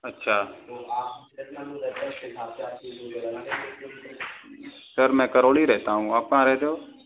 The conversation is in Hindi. अच्छा सर मैं करौली रहता हूँ आप कहाँ रहते हो